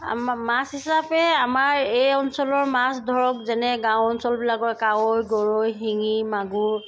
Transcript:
আমাৰ মাছ হিচাপে আমাৰ এই অঞ্চলৰ মাছ ধৰক যেনে গাঁও অঞ্চলবিলাকৰ কাৱৈ গৰৈ শিঙি মাগুৰ